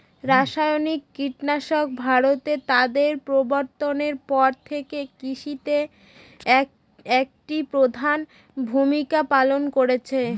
রাসায়নিক কীটনাশক ভারতে তাদের প্রবর্তনের পর থেকে কৃষিতে একটি প্রধান ভূমিকা পালন করেছে